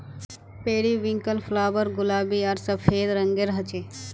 periwinkle flower गुलाबी आर सफ़ेद रंगेर होचे